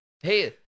hey